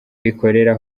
ikorera